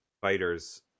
fighters